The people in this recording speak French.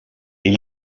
est